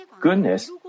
goodness